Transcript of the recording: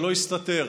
שלא יסתתר,